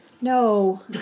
No